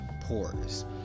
pores